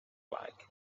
like